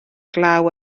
glaw